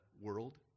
world